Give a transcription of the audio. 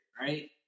right